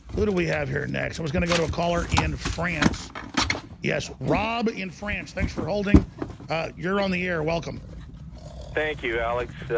who do we have here next? i was gonna go to a caller in and france yes, rob in france. thanks for holding you're on the air welcome thank you alex.